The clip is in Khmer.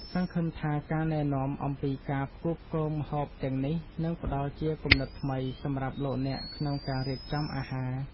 សង្ឃឹមថាការណែនាំអំពីការផ្គូផ្គងម្ហូបទាំងនេះនឹងផ្តល់ជាគំនិតថ្មីសម្រាប់លោកអ្នកក្នុងការរៀបចំអាហារ។